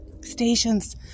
stations